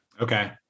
okay